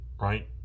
right